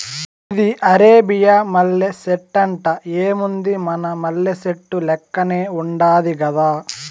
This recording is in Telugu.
ఇది అరేబియా మల్లె సెట్టంట, ఏముంది మన మల్లె సెట్టు లెక్కనే ఉండాది గదా